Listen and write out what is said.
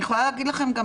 אני יכולה להגיד לכם,